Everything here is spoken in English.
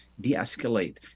de-escalate